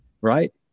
Right